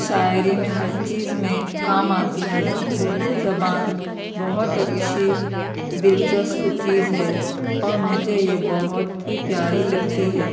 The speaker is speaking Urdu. شاعری میں ہر چیز میں کام آتی ہے اردو زبان بہت اچھی دلچسپ چیز ہے اور مجھے یہ بہت ہی پیاری لگتی ہے